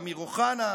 אמיר אוחנה,